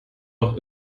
auch